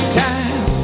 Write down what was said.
time